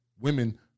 Women